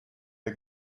der